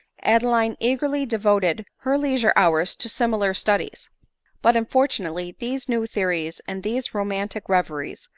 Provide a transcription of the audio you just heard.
adeline eagerly devoted her lei sure hours to similar studies but, unfortunately, these new theories, and these romantic reveries,